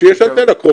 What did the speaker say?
שיש אנטנה קרובה.